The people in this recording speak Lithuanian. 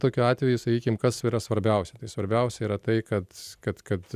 tokiu atveju sakykim kas yra svarbiausia tai svarbiausia yra tai kad kad kad